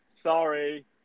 Sorry